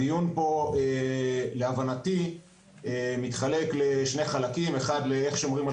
הדיון פה להבנתי מתחלק לשני חלקים: אחד לאיך שומרים על